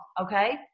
Okay